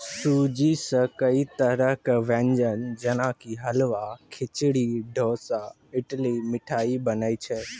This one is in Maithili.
सूजी सॅ कई तरह के व्यंजन जेना कि हलवा, खिचड़ी, डोसा, इडली, मिठाई बनै छै